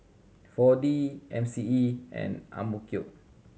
Four D M C E and AMK